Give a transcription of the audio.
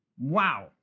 Wow